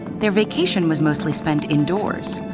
their vacation was mostly spent indoors.